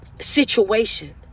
situation